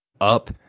up